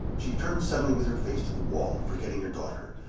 she turned suddenly with her face to the wall, forgetting her daughter,